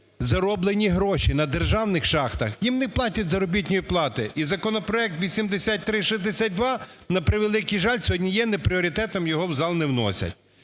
зароблені гроші на державних шахтах. Їм не платять заробітної плати. І законопроект 8362, на превеликий жаль, сьогодні є не пріоритетом, його в зал не вносять.